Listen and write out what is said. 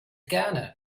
gerne